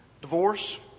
divorce